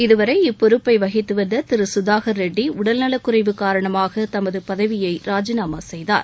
இதுவரை இப்பொறுப்பை வகித்து வந்த திரு சுதாகர் ரெட்டி உடல்நலக்குறைவு காரணமாக தமது பதவியை ராஜினாமா செய்தார்